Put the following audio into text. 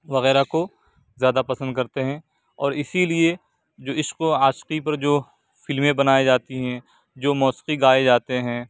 وغیرہ کو زیادہ پسند كرتے ہیں اور اِسی لیے جو عشق و عاشقی پر جو فلمیں بنائے جاتی ہیں جو موسیقی گائے جاتے ہیں